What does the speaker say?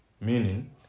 Meaning